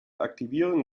aktivierung